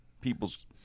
People's